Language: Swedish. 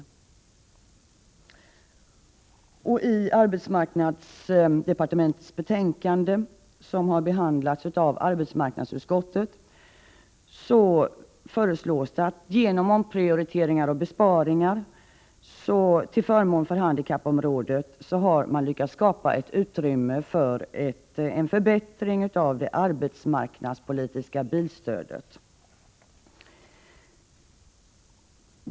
Budgetpropositionens förslag i denna del har behandlats av arbetsmarknadsutskottet. Genom omprioriteringar och besparingar till förmån för handikappområdet har man lyckats skapa ett utrymme för en förbättring av det arbetsmarknadspolitiska bilstödet.